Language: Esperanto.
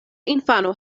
infano